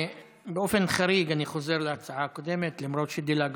באופן חריג אני חוזר להצעה הקודמת, למרות שדילגנו.